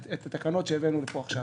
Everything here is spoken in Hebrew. את התקנות שהבאנו לכאן עכשיו